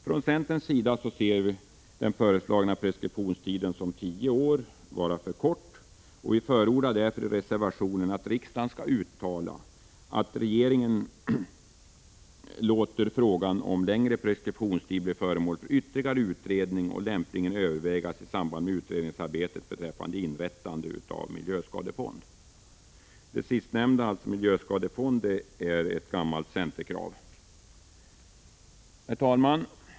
Från centerns sida anser vi den föreslagna preskriptionstiden tio år vara för kort. Vi förordar därför i reservationen att riksdagen uttalar att regeringen skall låta frågan om längre preskriptionstid bli föremål för ytterligare utredning och att den lämpligen övervägs i samband med utredningsarbetet beträffande inrättandet av en miljöskadefond. Det sistnämnda, alltså en miljöskadefond, är ett gammalt centerkrav. Herr talman!